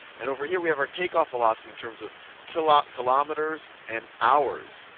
and over here we have our takeoff velocity in terms of kilometers kilometers and hours.